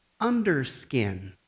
Underskin